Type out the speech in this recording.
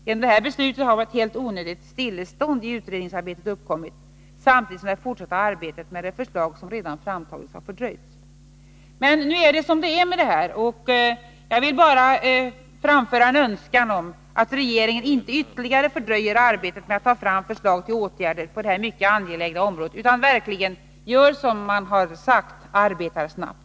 Genom detta beslut har ett helt onödigt stillestånd i utredningsarbetet uppkommit, samtidigt som det fortsatta arbetet med de förslag som redan framtagits fördröjs.” Men nu är det som det är med detta, och jag vill framföra en önskan om att regeringen inte ytterligare fördröjer arbetet med att ta fram förslag till åtgärder på det här mycket angelägna området utan verkligen gör som man har sagt, nämligen arbetar snabbt.